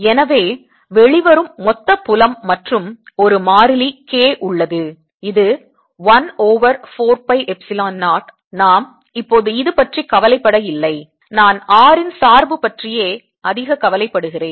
எனவே வெளிவரும் மொத்த புலம் மற்றும் ஒரு மாறிலி k உள்ளது இது 1 ஓவர் 4 பை எப்சிலான் 0 நாம் இப்போது இது பற்றி கவலைபட இல்லை நான் r இன் சார்பு பற்றியே அதிக கவலைப்படுகிறேன்